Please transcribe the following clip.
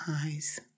eyes